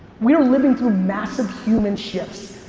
we are living through massive human shifts.